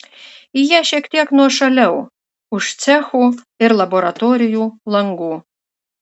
jie šiek tiek nuošaliau už cechų ir laboratorijų langų